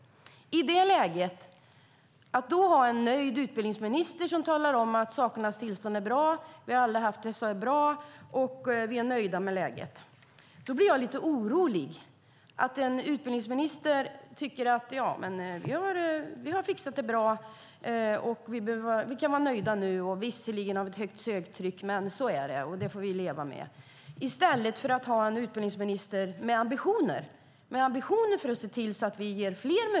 Att i detta läge ha en nöjd utbildningsminister som talar om att sakernas tillstånd är gott, att vi aldrig haft det så bra och att han är nöjd med läget gör mig orolig. Utbildningsministern tycker att regeringen har fixat det bra och kan vara nöjd. Visserligen är söktrycket högt, men det får vi leva med.